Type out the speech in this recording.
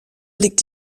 liegt